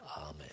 Amen